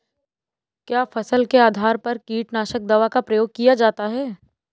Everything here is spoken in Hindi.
क्या फसल के आधार पर कीटनाशक दवा का प्रयोग किया जाता है?